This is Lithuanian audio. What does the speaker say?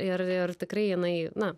ir ir tikrai jinai na